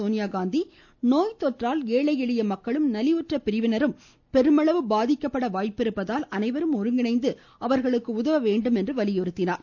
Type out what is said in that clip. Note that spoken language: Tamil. சோனியா காந்தி நோய் தொற்றால் ஏழை எளிய மக்களும் நலிவுற்ற பிரிவினரும் பெருமளவு பாதிக்கப்பட வாய்ப்பிருப்பதால் அனைவரும் ஒருங்கிணைந்து அவர்களுக்கு உதவ வேண்டும் என்று வலியுறுத்தினார்